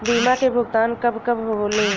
बीमा के भुगतान कब कब होले?